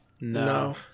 No